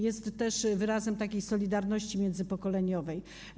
Jest też wyrazem takiej solidarności międzypokoleniowej.